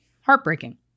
heartbreaking